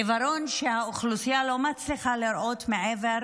עיוורון שהאוכלוסייה לא מצליחה לראות מעבר